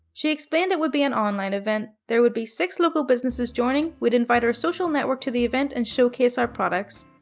she explained it would be an online event. there would be six local businesses joining. we'd invite our social network to the event and showcase our products,